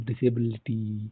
disability